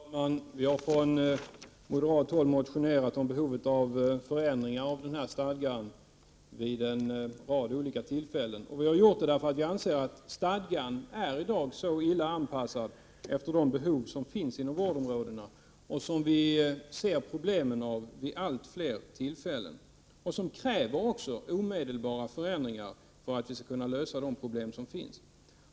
Herr talman! Vi har från moderat håll vid en rad tillfällen motionerat om behovet av förändringar i denna stadga. Vi har gjort det därför att vi anser att stadgan i dag är illa anpassad efter de behov som finns inom vårdområdena — vi ser problem vid allt fler tillfällen. Det krävs omedelbara förändringar för att vi skall kunna lösa problemen.